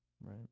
Right